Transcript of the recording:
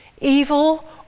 Evil